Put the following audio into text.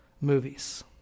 movies